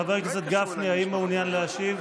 חבר הכנסת גפני, האם מעוניין להשיב?